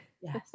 yes